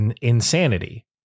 insanity